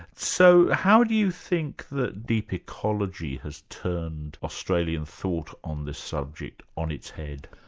so how do you think that deep ecology has turned australian thought on this subject on hits head?